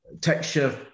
texture